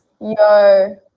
Yo